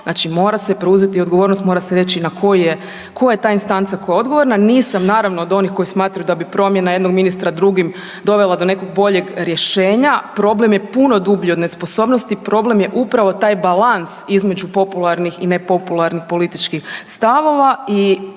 znači mora se preuzeti odgovornost, mora se reći na koji je, koja je ta instanca koja je odgovorna, nisam naravno od onih koje smatraju da bi promjene jednog ministra drugim dovela do nekog boljeg rješenja, problem je puno dublji od nesposobnosti, problem je upravo taj balans između popularnih i nepopularnih političkih stavova